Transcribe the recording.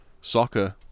soccer